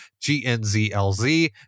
G-N-Z-L-Z